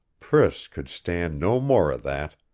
priss could stand no more of that.